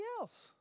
else